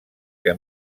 que